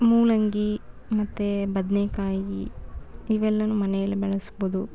ಮೂಲಂಗಿ ಮತ್ತು ಬದನೇಕಾಯಿ ಇವೆಲ್ಲವೂ ಮನೆಯಲ್ಲೇ ಬೆಳೆಸ್ಬೋದು